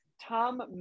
tom